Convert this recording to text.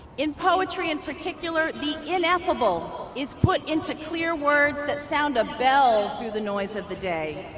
in poetry in particular the ineffable is put into clear words that sound a bell through the noise of the day.